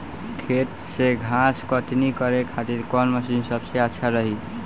खेत से घास कटनी करे खातिर कौन मशीन सबसे अच्छा रही?